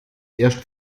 erst